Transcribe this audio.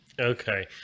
Okay